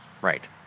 Right